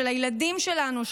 של הילדים שלנו,